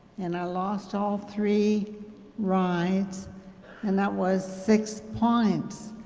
and i lost all three rides and that was six points,